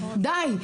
די.